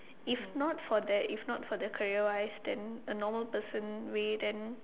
if not for that if not for the career wise then a normal person way then